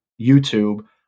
YouTube